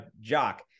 Jock